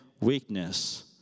weakness